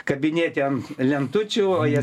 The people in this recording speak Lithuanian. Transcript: kabinėti ant lentučių o jas